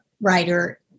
writer